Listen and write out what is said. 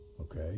Okay